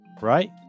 right